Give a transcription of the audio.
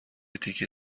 تیکه